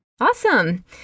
Awesome